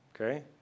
okay